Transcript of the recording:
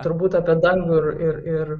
turbūt apie dangų ir ir